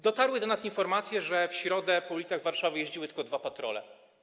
Dotarły do nas informacje, że w środę po ulicach Warszawy jeździły tylko dwa patrole.